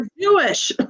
jewish